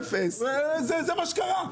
זה מה שקרה.